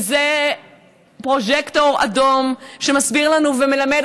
זה פרוז'קטור אדום שמסביר לנו ומלמד